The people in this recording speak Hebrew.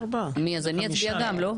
אז אני אצביע גם.